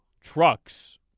trucks